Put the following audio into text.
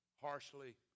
harshly